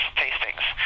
tastings